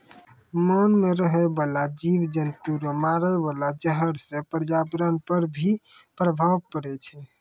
मान मे रहै बाला जिव जन्तु रो मारे वाला जहर से प्रर्यावरण पर भी प्रभाव पड़ै छै